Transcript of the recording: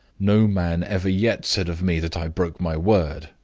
no man ever yet said of me that i broke my word,